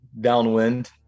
downwind